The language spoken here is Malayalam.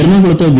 എറണാകുളത്ത് വി